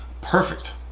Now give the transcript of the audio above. Perfect